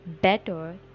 better